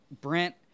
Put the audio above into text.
Brent –